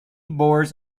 bores